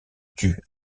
tue